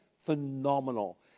phenomenal